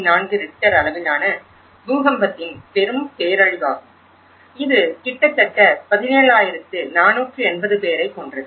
4 Richter அளவிலான பூகம்பத்தின் பெரும் பேரழிவாகும் இது கிட்டத்தட்ட 17480 பேரைக் கொன்றது